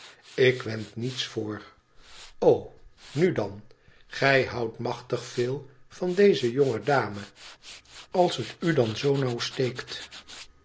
ik wend niets voor o nu dan gij h o u d t machtig veel van deze jonge dame als het u dan zoo nauw steekt